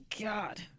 God